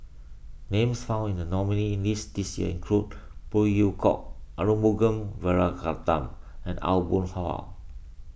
names found in the nominees' list this year include Phey Yew Kok Arumugam Vijiaratnam and Aw Boon Haw